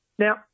Now